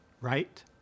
right